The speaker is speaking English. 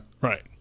Right